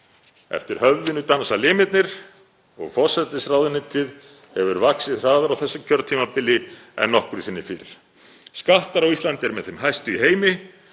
Eftir höfðinu dansa limirnir og forsætisráðuneytið hefur vaxið hraðar á þessu kjörtímabili en nokkru sinni fyrr. Skattar á Íslandi eru með þeim hæstu í heimi.